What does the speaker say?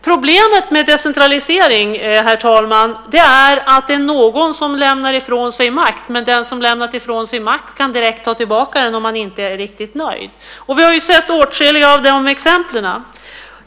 Problemet med decentralisering, herr talman, är att någon lämnar ifrån sig makt, men den som gjort det kan genast ta tillbaka den om man inte är riktigt nöjd. Vi har sett åtskilliga sådana exempel.